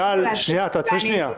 גל, תעצרי שנייה.